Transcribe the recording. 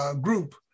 Group